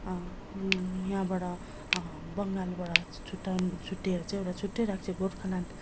यहाँबाट बङ्गालबाट छुट्टाउ छुट्टिएर चाहिँ एउटा छुट्टै राज्य गोर्खाल्यान्ड